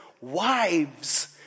wives